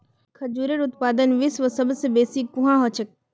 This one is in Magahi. खजूरेर उत्पादन विश्वत सबस बेसी कुहाँ ह छेक